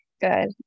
good